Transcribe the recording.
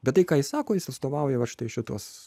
bet tai ką jis sako jis atstovauja va štai šituos